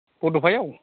बड'फायाव